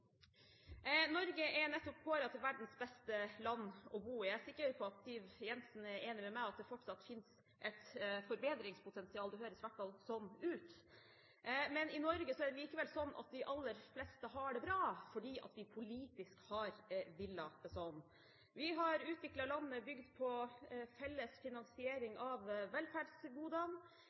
Norge er nettopp kåret til verdens beste land å bo i. Jeg er sikker på at Siv Jensen er enig med meg i at det fortsatt finnes et forbedringspotensial – det høres i hvert fall sånn ut – men i Norge er det likevel sånn at de aller fleste har det bra, fordi vi politisk har villet det sånn. Vi har utviklet landet, bygd på felles finansiering av velferdsgodene.